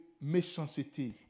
méchanceté